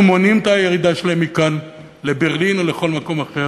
מונעים את הירידה שלהם מכאן לברלין או לכל מקום אחר,